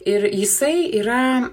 ir jisai yra